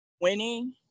winning